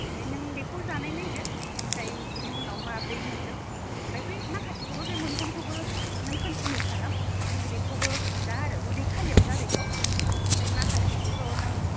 ओमफ्राय नों बेखौ जानाय नायदो ओमफ्राय बिनि उनाव माब्रै मोनदों ओमफ्राय बै माखासेखौबो बे मोनथामखौबो नों कन्टिनिउ खालाम नैबेखौबो जा आरो उदै खालियाव जा बेखौ ओमफ्राय माखासेखौथ' नों